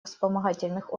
вспомогательных